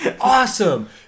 Awesome